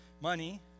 money